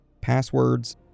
passwords